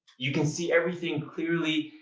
you can see everything clearly.